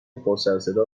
پرسرصدا